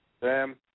Sam